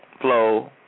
flow